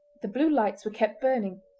the blue lights were kept burning,